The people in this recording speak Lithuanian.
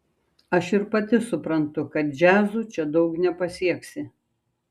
aš ir pati suprantu kad džiazu čia daug nepasieksi